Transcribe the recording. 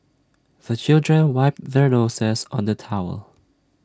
the children wipe their noses on the towel